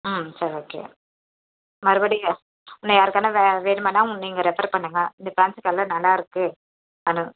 ம் சரி ஓகே மறுபடியும் இன்னும் யாருக்கனால் வே வேணுமன்னால் நீங்கள் ரெஃபர் பண்ணுங்கள் இந்த ஃபேன்ஸி கடையில் நல்லாயிருக்கு ஆன்னு